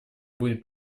будет